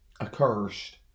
accursed